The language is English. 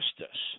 justice